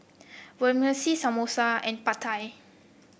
Vermicelli Samosa and Pad Thai